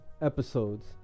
episodes